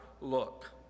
look